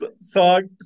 Song